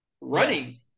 running